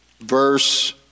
verse